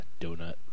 donut